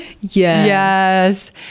yes